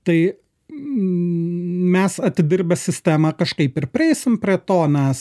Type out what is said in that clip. tai mes atidirbę sistemą kažkaip ir prieisim prie to nes